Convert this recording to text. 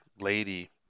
lady